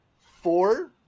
four